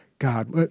God